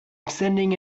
sending